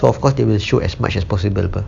of course they will show as much as possible but